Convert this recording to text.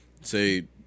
say